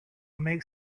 make